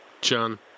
John